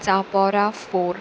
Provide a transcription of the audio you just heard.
Chapora four